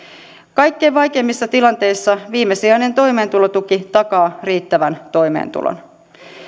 kaikkein vaikeimmissa tilanteissa viimesijainen toimeentulotuki takaa riittävän toimeentulon